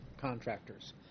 contractors